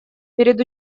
перед